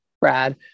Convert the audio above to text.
Brad